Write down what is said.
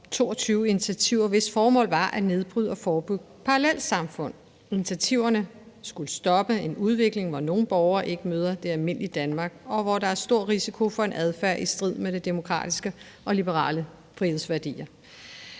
22 initiativer, hvis formål var at nedbryde og forebygge parallelsamfund. Initiativerne skulle stoppe en udvikling, hvor nogle borgere ikke møder det almindelige Danmark, og hvor der er stor risiko for en adfærd i strid med de demokratiske og liberale frihedsværdier.